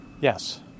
Yes